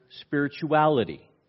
spirituality